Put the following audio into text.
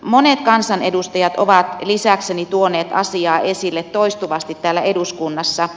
monet kansanedustajat ovat lisäkseni tuoneet asiaa esille toistuvasti täällä eduskunnassa